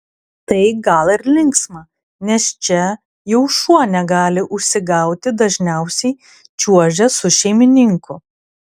tai gal ir linksma nes čia jau šuo negali užsigauti dažniausiai čiuožia su šeimininku